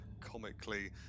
comically